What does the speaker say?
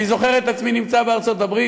אני זוכר את עצמי נמצא בארצות-הברית,